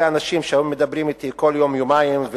אלה אנשים שמדברים אתי כל יום-יומיים.